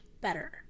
better